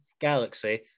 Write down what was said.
galaxy